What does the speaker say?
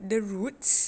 the roots